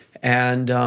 and,